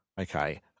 Okay